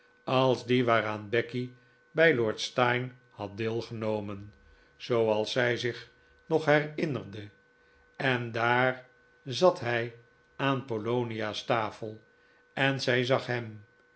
als die waaraan becky bij lord steyne had deelgenomen zooals zij zich nog herinnerde en daar zat hij aan polonia's tafel en zij zag hem